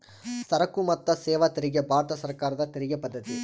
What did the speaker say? ಸರಕು ಮತ್ತು ಸೇವಾ ತೆರಿಗೆ ಭಾರತ ಸರ್ಕಾರದ ತೆರಿಗೆ ಪದ್ದತಿ